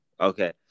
Okay